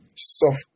Soft